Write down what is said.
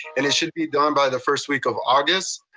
and it should be done by the first week of august.